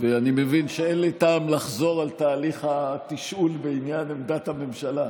אני מבין שאין לי טעם לחזור על תהליך התשאול ועניין עמדת הממשלה.